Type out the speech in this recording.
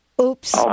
Oops